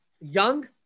young